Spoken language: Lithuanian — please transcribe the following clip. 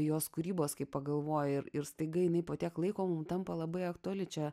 jos kūrybos kai pagalvoji ir ir staiga jinai po tiek laiko mums tampa labai aktuali čia